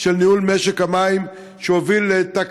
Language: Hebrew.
כדי לדון במציאות של משבר ניהול משק המים והשפעתו על החקלאות.